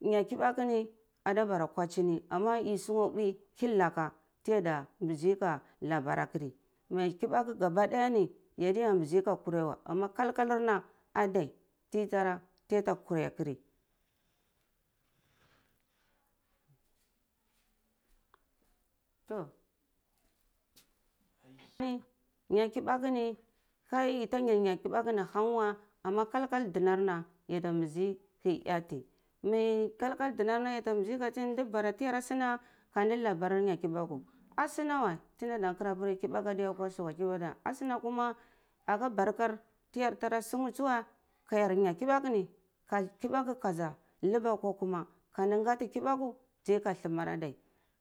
Nyar kibaku ni ada bara kwachini amma yi sunwa mbwi kinlaka tiyada mbuzi ka labar ak kiri nyar kibaku ni yadiya mbuzi kowrai weh amma kalkal ar na adai ti ti yada kwurei akari toh nyar kibaku ni ka yi ta na na kibaku ni hang weh ana kal kal ndarna yata mbuzi keh ati meh kal kal ndanarna ka ndi kbar kibaku asuna weh ti nda da kara peri kibaku adeya kwa su weh asunah kuna aka barka ti yar tara sungu tsuweh ka yar nyeh kibaku ka kibaku ka za lubwa kwa kuma kandi gati kibaku ziyeh ka thumar adai